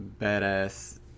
badass